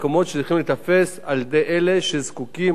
לגבי המקומות שיכולים להיתפס על-ידי אלה שזקוקים